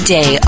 Day